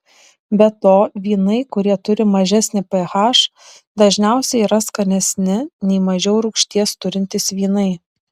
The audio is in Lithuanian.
be to vynai kurie turi mažesnį ph dažniausiai yra skanesni nei mažiau rūgšties turintys vynai